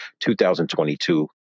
2022